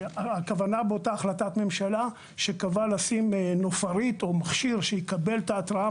הכוונה באותה החלטת ממשלה שקבעה לשים נופרית או מכשיר שיקבל את ההתרעה